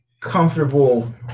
comfortable